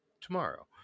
tomorrow